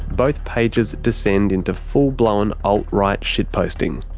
both pages descend into full blown alt-right shitposting.